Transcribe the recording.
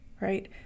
right